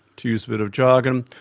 to use a bit of jargon,